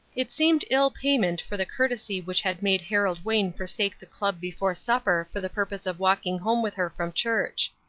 it seemed ill payment for the courtesy which had made harold wayne forsake the club before supper for the purpose of walking home with her from church.